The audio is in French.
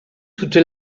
toute